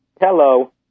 Hello